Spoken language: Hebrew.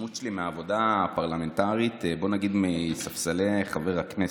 ההתרשמות שלי מהעבודה הפרלמנטרית מספסלי חברי הכנסת.